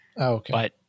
Okay